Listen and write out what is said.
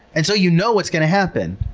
and so you know what's going to happen.